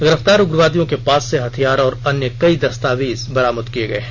गिरफ्तार उग्रवादियों के पास से हथियार और कई अन्य दस्तावेज बरामद किए गए हैं